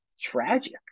tragic